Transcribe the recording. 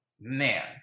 man